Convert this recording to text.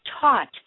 taught